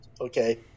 Okay